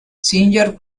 singer